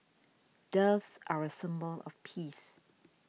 doves are a symbol of peace